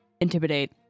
Intimidate